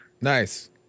Nice